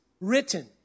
written